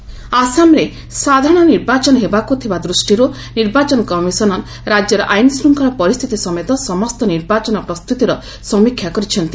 ECI Assam ଆସାମରେ ସାଧାରଣ ନିର୍ବାଚନ ହେବାକୁ ଥିବା ଦୃଷ୍ଟିରୁ ନିର୍ବାଚନ କମିଶନର ରାଜ୍ୟର ଆଇନ୍ଶୃଙ୍ଖଳା ପରିସ୍ଥିତି ସମେତ ସମସ୍ତ ନିର୍ବାଚନ ପ୍ରସ୍ତୁତିର ସମୀକ୍ଷା କରିଛନ୍ତି